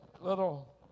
little